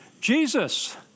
Jesus